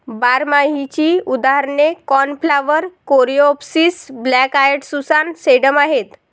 बारमाहीची उदाहरणे cornflower, coreopsis, black eyed Susan, sedum आहेत